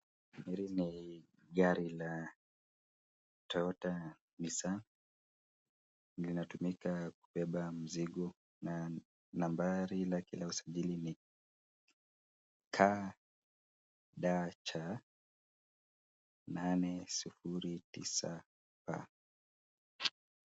Hili ni gari la Toyota Nissan. Linatumika kubeba mzigo na nambari lake la usajili ni KDC 809 P.